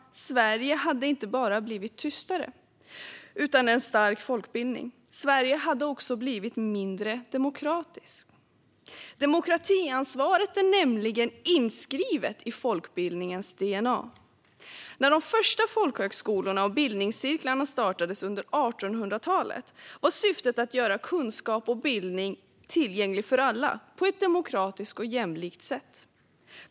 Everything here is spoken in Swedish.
Sverige hade inte bara blivit tystare utan en stark folkbildning - Sverige hade också blivit mindre demokratiskt. Demokratiansvaret är nämligen inskrivet i folkbildningens DNA. När de första folkhögskolorna och bildningscirklarna startades under 1800-talet var syftet att göra kunskap och bildning tillgänglig för alla på ett demokratiskt och jämlikt sätt.